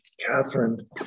Catherine